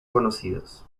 conocidos